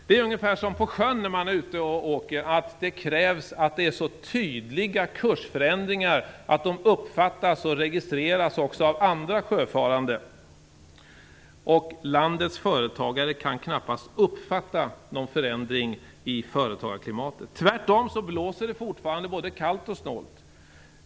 Det är ungefär som när man är ute och åker på sjön: Det krävs så tydliga kursförändringar att de uppfattas och registreras också av andra sjöfarande. Men landets företagare kan knappast uppfatta någon förändring i företagarklimatet. Tvärtom blåser det fortfarande både kallt och snålt.